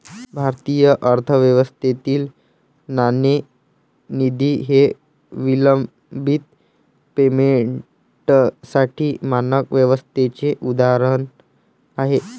भारतीय अर्थव्यवस्थेतील नाणेनिधी हे विलंबित पेमेंटसाठी मानक व्यवस्थेचे उदाहरण आहे